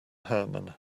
herman